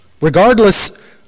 regardless